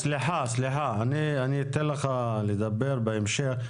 --- סליחה, אני אתן לך לדבר בהמשך.